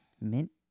Mint